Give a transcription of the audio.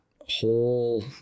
whole